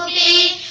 a